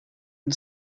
and